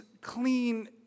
clean